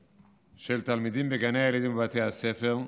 של תלמידים בגני ילדים ובבתי ספר,